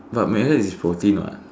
but mayonnaise is protein what